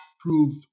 prove